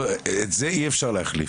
זה אי אפשר להחליף.